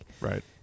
Right